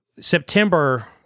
September